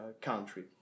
country